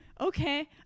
Okay